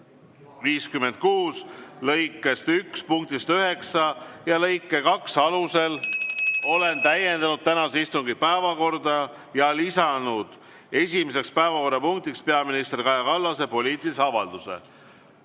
56 lõike 1 punkti 9 ja lõike 2 alusel olen täiendanud tänase istungi päevakorda ja lisanud esimeseks päevakorrapunktiks peaminister Kaja Kallase poliitilise avalduse.